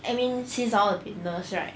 I mean since I want to be nurse right